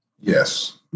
Yes